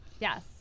Yes